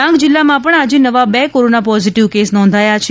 ડાંગ જિલ્લામાં આજે નવા બે કોરોના પોઝેટીવ કેસ નોંધાયા છે